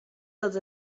els